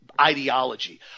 ideology